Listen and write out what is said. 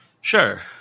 sure